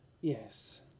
Yes